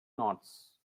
knots